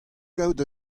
kaout